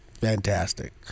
fantastic